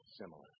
similar